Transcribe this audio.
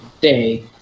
Day